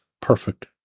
perfect